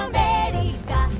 America